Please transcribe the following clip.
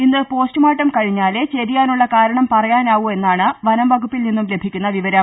ഇന്ന് പോസ്റ്റ്മോർട്ടം കഴിഞ്ഞാലെ ചെരിയാനുള്ള കാരണം പറയാനാവൂ എന്നാണ് വനം വകുപ്പിൽ നിന്നും ലഭിക്കുന്ന വിവരം